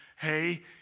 Hey